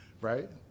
Right